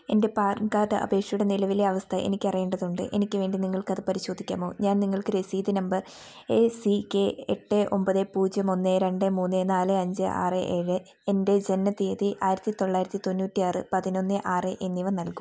എൻ്റെ PAN card അപേക്ഷയുടെ നിലവിലെ അവസ്ഥ എനിക്ക് അറിയേണ്ടതുണ്ട് എനിക്ക് വേണ്ടി നിങ്ങൾക്ക് അത് പരിശോധിക്കാമോ ഞാൻ നിങ്ങൾക്ക് രസീത് നമ്പർ എ സി കെ എട്ട് ഒമ്പത് പൂജ്യം ഒന്ന് രണ്ട് മൂന്ന് നാല് അഞ്ച് ആറ് ഏഴ് എൻ്റെ ജനനത്തീയതി ആയിരത്തി തൊള്ളായിരത്തി തൊണ്ണൂറ്റി ആറ് പതിനൊന്ന് ആറ് എന്നിവ നൽകും